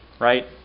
right